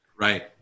right